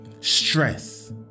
stress